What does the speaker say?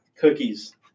Cookies